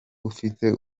ufite